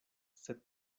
sed